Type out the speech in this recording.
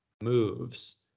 moves